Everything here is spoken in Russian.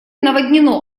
наводнено